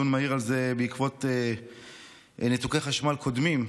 מהיר על זה בעקבות ניתוקי חשמל קודמים,